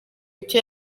icyo